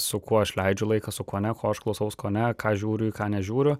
su kuo aš leidžiu laiką su kuo ne ko aš klausaus ko ne ką žiūriu į ką nežiūriu